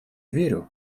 верю